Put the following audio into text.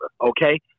okay